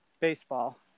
baseball